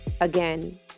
again